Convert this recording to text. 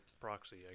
proxy